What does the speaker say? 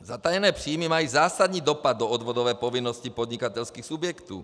Zatajené příjmy mají zásadní dopad do odvodové povinnosti podnikatelských subjektů.